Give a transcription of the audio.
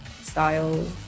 style